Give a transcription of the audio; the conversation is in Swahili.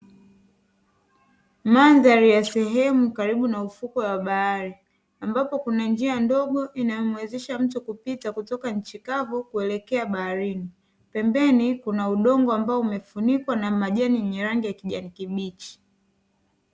Mandhari ya sehemu karibu na mfuko wa bahari ambapo kuna njia ndogo inayomwezesha mtu kupita kutoka nchi kavu kuelekea baharini pembeni kuna udongo ambao umefunikwa na majani ni rangi ya kijani kibichi.